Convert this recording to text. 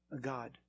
God